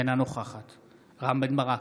אינה נוכחת רם בן ברק,